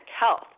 health